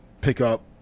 pickup